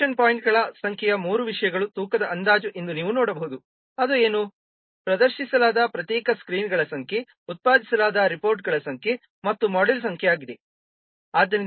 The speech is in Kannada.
ಅಪ್ಲಿಕೇಶನ್ ಪಾಯಿಂಟ್ಗಳ ಸಂಖ್ಯೆಯು ಮೂರು ವಿಷಯಗಳ ತೂಕದ ಅಂದಾಜು ಎಂದು ನೀವು ನೋಡಬಹುದು ಅದು ಏನು ಪ್ರದರ್ಶಿಸಲಾದ ಪ್ರತ್ಯೇಕ ಸ್ಕ್ರೀನ್ಗಳ ಸಂಖ್ಯೆ ಉತ್ಪಾದಿಸಲಾದ ರಿಪೋರ್ಟ್ಗಳ ಸಂಖ್ಯೆ ಮತ್ತು ಮಾಡ್ಯೂಲ್ಗಳ ಸಂಖ್ಯೆ ಆಗಿದೆ